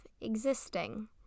existing